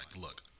look